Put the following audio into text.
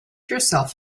yourself